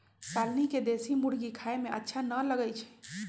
शालनी के देशी मुर्गी खाए में अच्छा न लगई छई